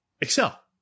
excel